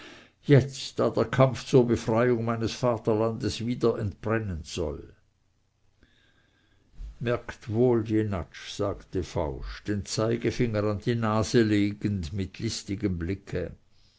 jetzt da der kampf zur befreiung meines vaterlandes wieder entbrennen soll merkt wohl jenatsch sagte fausch den zeigefinger an die nase legend mit listigem blicke